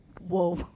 Whoa